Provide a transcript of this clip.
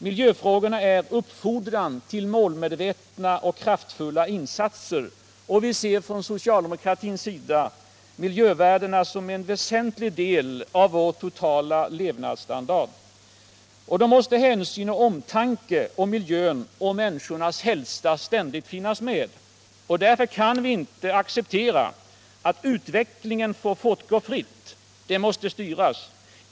Miljöfrågorna är en uppfordran till målmedvetna och kraftfulla insatser. Vi ser från socialdemokratins sida miljövärdena som en väsentlig del av vår totala levnadsstandard. Hänsyn och omtanke om miljön och människors hälsa måste ständigt finnas med. Därför kan vi inte acceptera att utvecklingen får fortgå fritt. Den måste styras.